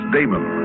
Damon